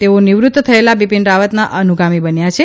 તેઓ નિવૃત્ત થયેલા બિપીન રાવતના અનુગામી બન્યા છે